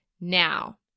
now